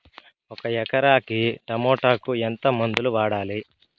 ఒక ఎకరాకి టమోటా కు ఎంత మందులు వాడాలి?